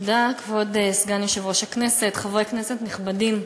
כבוד סגן יושב-ראש הכנסת, תודה, חברי כנסת נכבדים,